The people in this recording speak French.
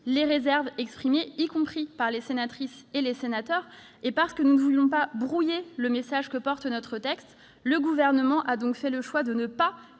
les réserves exprimées, y compris par les sénatrices et les sénateurs. Aussi, parce qu'il ne veut pas brouiller le message que porte ce texte, le Gouvernement a fait le choix de ne pas